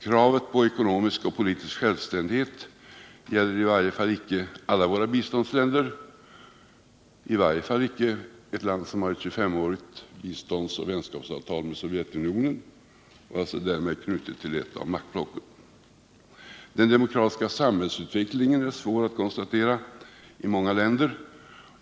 Kravet på ekonomisk och politisk självständighet gäller icke alla våra biståndsländer — i varje fall icke ett land som har ett tjugofemårigt biståndsoch vänskapsavtal med Sovjetunionen och som därmed är knutet till ett av maktblocken. Den demokratiska samhällsutvecklingen är svår att konstatera i många länder.